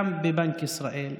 גם בבנק ישראל,